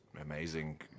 amazing